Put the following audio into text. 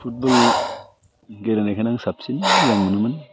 football गेलेनायखौनो आं साबसिन मोजां मोनोमोन